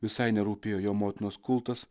visai nerūpėjo jo motinos kultas